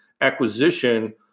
acquisition